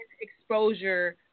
exposure